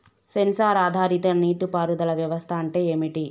Censor ఆధారిత నీటి పారుదల వ్యవస్థ అంటే ఏమిటి?